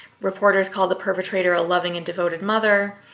reporters called the perpetrator a loving and devoted mother.